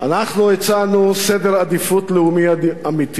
אנחנו הצענו סדר עדיפויות לאומי אמיתי,